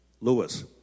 Lewis